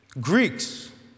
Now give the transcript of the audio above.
Greeks